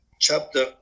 chapter